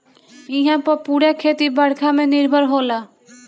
इहां पअ पूरा खेती बरखा पे निर्भर होला